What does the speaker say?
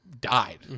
died